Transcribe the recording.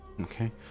Okay